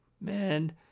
Man